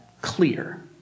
clear